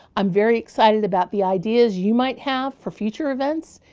i'm very excited about the ideas you might have for future events.